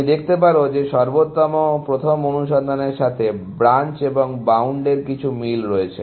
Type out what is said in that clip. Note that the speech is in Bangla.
তুমি দেখতে পারো যে সর্বোত্তম প্রথম অনুসন্ধানের সাথে ব্রাঞ্চ এবং বাউন্ডের কিছু মিল রয়েছে